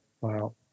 Wow